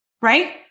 right